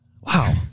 Wow